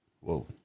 Whoa